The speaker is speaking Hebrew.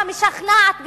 והמשכנעת באמת: